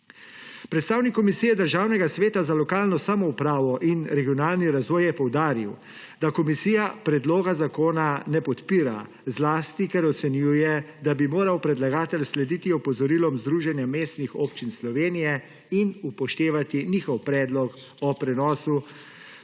Predstavnik Komisije Državnega sveta za lokalno samoupravo in regionalni razvoj je poudaril, da komisija predloga zakona ne podpira, zlasti ker ocenjuje, da bi moral predlagatelj slediti opozorilom Združenja mestnih občine Slovenije in upoštevati njihov predlog o prenosu